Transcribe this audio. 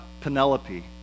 Penelope